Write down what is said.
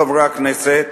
חברי הכנסת,